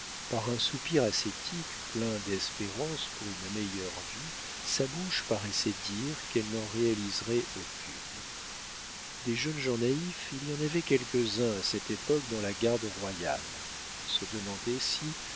par un soupir ascétique plein d'espérance pour une meilleure vie sa bouche paraissait dire qu'elle n'en réaliserait aucune des jeunes gens naïfs il y en avait quelques-uns à cette époque dans la garde royale se demandaient si